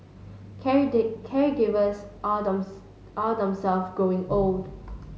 caregivers are are themselves growing old